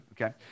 okay